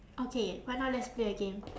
okay why not let's play a game